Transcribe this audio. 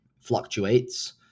fluctuates